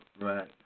right